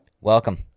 Welcome